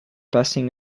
passing